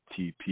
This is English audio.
TP